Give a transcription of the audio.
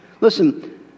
Listen